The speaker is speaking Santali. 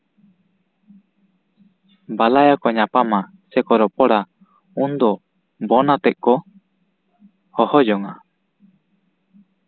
ᱵᱟᱞᱟᱭᱟ ᱠᱚ ᱧᱟᱯᱟᱢᱟ ᱨᱚᱯᱚᱲᱟ ᱩᱱ ᱫᱚ ᱵᱚᱱ ᱟᱛᱮᱜ ᱠᱚ ᱦᱚᱦᱚ ᱡᱚᱝᱼᱟ